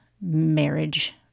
marriage